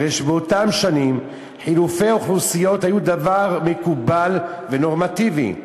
הרי שבאותן שנים חילופי אוכלוסיות היו דבר מקובל ונורמטיבי,